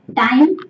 time